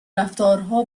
رفتارها